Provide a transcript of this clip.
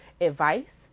advice